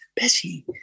Bessie